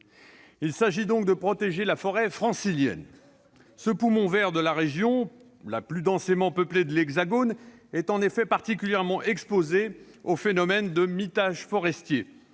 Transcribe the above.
Il s'agit donc de protéger la forêt francilienne. Ce « poumon vert » de la région la plus densément peuplée de l'Hexagone est en effet particulièrement exposé au phénomène de « mitage forestier